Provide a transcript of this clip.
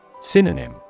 Synonym